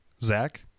Zach